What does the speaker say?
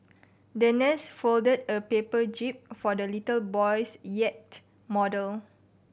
the nurse folded a paper jib for the little boy's yacht model